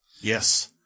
Yes